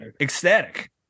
ecstatic